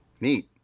neat